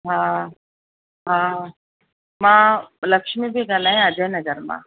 हा हा मां लक्ष्मी पेई ॻाल्हाया अजयनगर मां